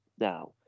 now